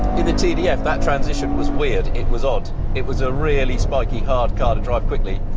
in the tdf that transition was weird, it was odd. it was a really spiky hard car to drive quickly.